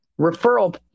referral